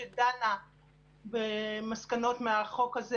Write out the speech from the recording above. לביקורת המדינה שדנה במסקנות מהחוק הזה.